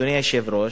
אדוני היושב-ראש,